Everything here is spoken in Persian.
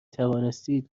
توانستید